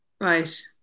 Right